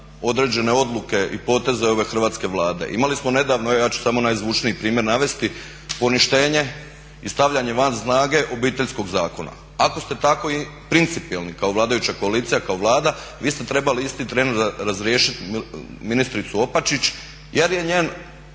određene odluke i poteze ove Hrvatske vlade. Imali smo nedavno, evo ja ću samo najzvučniji primjer navesti, poništenje i stavljanje van snage Obiteljskog zakona. Ako ste tako principijelni kao vladajuća koalicija, kao Vlada, vi ste trebali isti tren razriješiti ministricu Opačić jer je njen